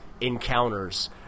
encounters